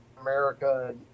America